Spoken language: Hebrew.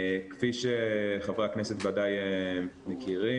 כפי שחברי הכנסת ודאי מכירים,